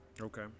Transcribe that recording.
Okay